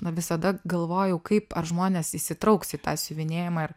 na visada galvojau kaip ar žmonės įsitrauks į tą siuvinėjimą ir